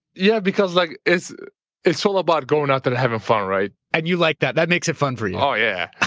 yeah. because like it's it's all about going out there to having fun, right? and you like that, that makes it fun for you. oh yeah,